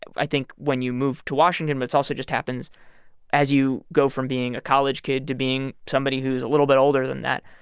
i think, when you move to washington, but it also just happens as you go from being a college kid to being somebody who's a little bit older than that.